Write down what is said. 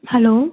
hello